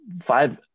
five